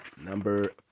Number